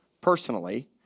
personally